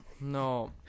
No